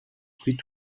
pris